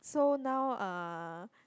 so now uh